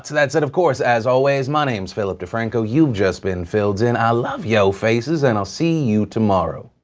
that said, of course, as always, my name's philip defranco you've just been phil'd in i love yo faces and i'll see you tomorrow